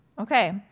Okay